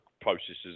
processes